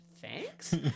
thanks